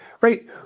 right